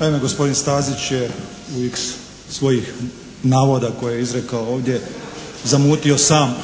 Naime gospodin Stazić je u iks svojih navoda koje je izrekao ovdje zamutio sam